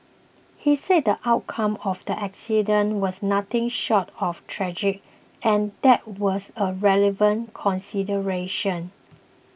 he said the outcome of the accident was nothing short of tragic and that was a relevant consideration